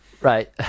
right